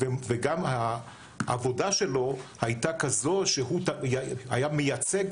וגם העבודה שלו הייתה כזו שהוא היה מייצג